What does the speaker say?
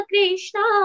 Krishna